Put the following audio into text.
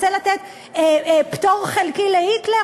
רוצה לתת פטור חלקי להיטלר?